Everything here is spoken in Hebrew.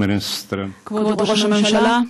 כבוד ראש הממשלה,